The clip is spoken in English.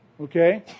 Okay